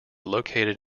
located